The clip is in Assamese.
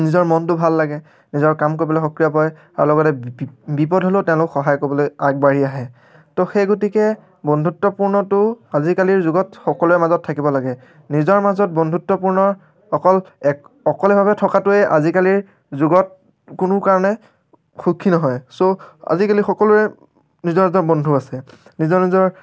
নিজৰ মনটো ভাল লাগে নিজৰ কাম কৰিবলৈ সক্ৰিয় পায় আৰু লগতে বিপদ হ'লেও তেওঁলোক সহায় কৰিবলৈ আগবাঢ়ি আহে তো সেই গতিকে বন্ধুত্বপূৰ্ণটো আজিকালিৰ যুগত সকলোৰে মাজত থাকিব লাগে নিজৰ মাজত বন্ধুত্বপূৰ্ণ অকল এক অকলেভাৱে থকাটোৱেই আজিকালিৰ যুগত কোনো কাৰণে সুখী নহয় চ' আজিকালি সকলোৰে নিজৰ নিজৰ বন্ধু আছে নিজৰ নিজৰ